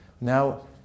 Now